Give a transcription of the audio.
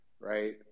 right